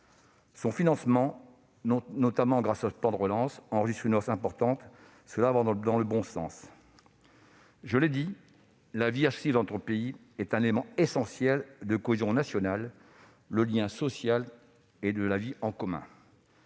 Son financement, notamment grâce au plan de relance, enregistre une hausse importante ; cela va dans le bon sens. La vie associative dans notre pays est un élément essentiel de cohésion nationale, de lien social et de vie en commun.